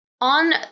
On